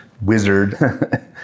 wizard